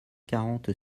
quarante